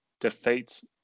defeats